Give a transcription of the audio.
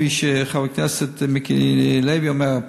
כפי שחבר הכנסת מיקי לוי אומר,